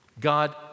God